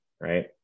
right